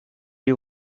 you